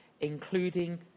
including